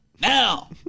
Now